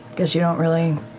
guess you don't really